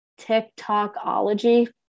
TikTokology